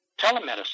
Telemedicine